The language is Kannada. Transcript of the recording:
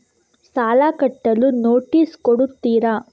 ಸಾಲ ಕಟ್ಟಲು ನೋಟಿಸ್ ಕೊಡುತ್ತೀರ?